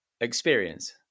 experience